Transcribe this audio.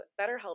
BetterHelp